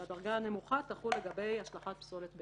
כאשר הדרגה הנמוכה תחול לגבי השלכת פסולת ביתית.